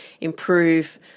improve